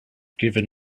given